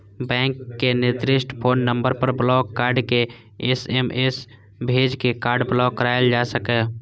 bank के निर्दिष्ट phone number पर ब्लॉक कार्ड के एस.एम.एस भेज के कार्ड ब्लॉक कराएल जा सकैए